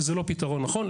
וזה לא פתרון נכון.